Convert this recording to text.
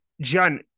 John